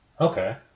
Okay